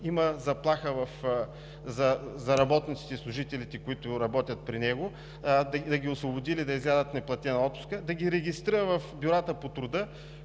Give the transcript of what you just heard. има заплаха за работниците и служителите, които работят при него, да ги освободи или да излязат в неплатена отпуска, да ги регистрира в бюрата по труда,